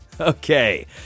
Okay